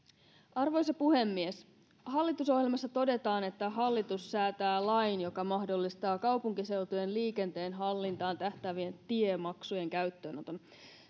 arvoisa puhemies hallitusohjelmassa todetaan että hallitus säätää lain joka mahdollistaa kaupunkiseutujen liikenteen hallintaan tähtäävien tiemaksujen käyttöönoton